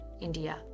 India